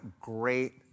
great